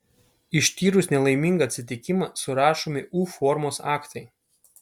ištyrus nelaimingą atsitikimą surašomi u formos aktai